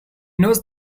knows